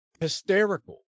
hysterical